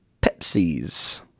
pepsis